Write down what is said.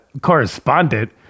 correspondent